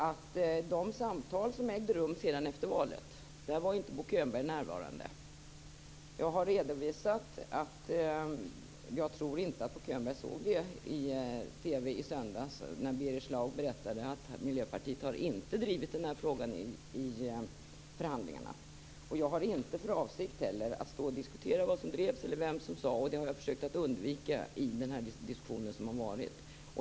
Vid de samtal som ägde rum efter valet var inte Jag har redovisat att jag inte tror att Bo Könberg såg på TV i söndags när Birger Schlaug berättade att Miljöpartiet inte har drivit denna fråga i förhandlingarna. Jag har heller inte för avsikt att diskutera vilka frågor som drevs eller vem som sade vad. Det har jag försökt att undvika i den diskussion som har varit.